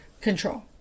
control